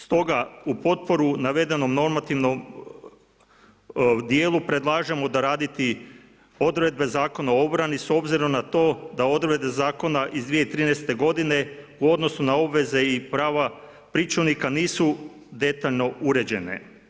Stoga, u potporu navedenom normativnom djelu predlažemo doraditi odredbe Zakona o obrani s obzirom na to da odredbe zakona iz 2013. godine u odnosu na obveze i prava pričuvnika nisu detaljno uređene.